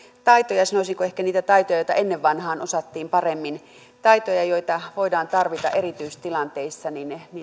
taitoja sanoisinko ehkä niitä taitoja joita ennen vanhaan osattiin paremmin taitoja joita voidaan tarvita erityistilanteissa